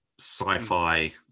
sci-fi